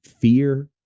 fear